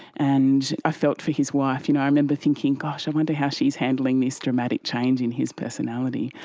and i felt for his wife. you know i remember thinking, gosh, i wonder how she's handling this dramatic change in his personality.